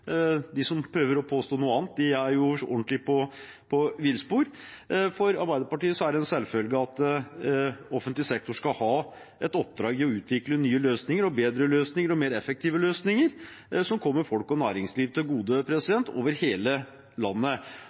De som prøver å påstå noe annet, er ordentlig på villspor. For Arbeiderpartiet er det en selvfølge at offentlig sektor skal ha et oppdrag om å utvikle nye løsninger, bedre løsninger og mer effektive løsninger, som kommer folk og næringsliv til gode over hele landet.